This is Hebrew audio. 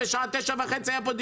בשעה תשע וחצי היה פה דיון,